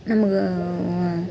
ನಮ್ಗೆ